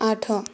ଆଠ